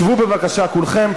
שבו, בבקשה, כולכם.